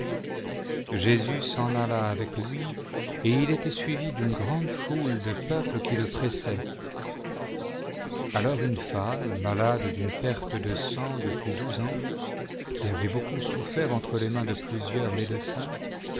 s'en alla avec lui et il était suivi d'une grande foule de peuple qui le pressaient alors une femme malade d'une perte de sang depuis douze ans qui avait beaucoup souffert entre les mains de plusieurs médecins